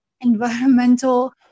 environmental